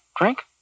Drink